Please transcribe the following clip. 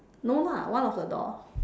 no lah one of the door